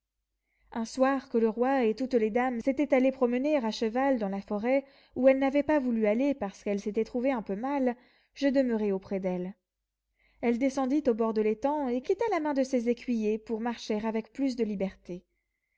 un soir que le roi et toutes les dames s'étaient allés promener à cheval dans la forêt où elle n'avait pas voulu aller parce qu'elle s'était trouvée un peu mal je demeurai auprès d'elle elle descendit au bord de l'étang et quitta la main de ses écuyers pour marcher avec plus de liberté